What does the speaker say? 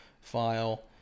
file